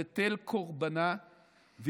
בטל קורבנה,